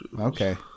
Okay